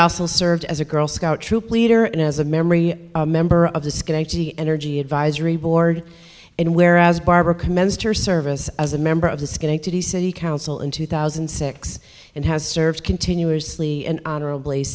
also served as a girl scout troop leader and as a memory member of the schenectady energy advisory board and whereas barbara commenced her service as a member of the schenectady city council in two thousand and six and has served continuously and honorabl